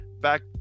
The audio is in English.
Back